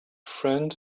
friend